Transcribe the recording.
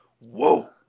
whoa